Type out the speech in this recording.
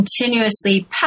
continuously